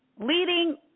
leading